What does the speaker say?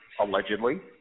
allegedly –